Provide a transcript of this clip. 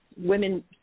women